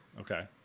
Okay